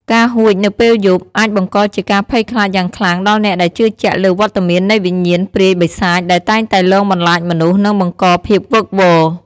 ការហួចនៅពេលយប់ អាចបង្កជាការភ័យខ្លាចយ៉ាងខ្លាំងដល់អ្នកដែលជឿជាក់លើវត្តមាននៃវិញ្ញាណព្រាយបិសាចដែលតែងតែលងបន្លាចមនុស្ស និងបង្កភាពវឹកវរ។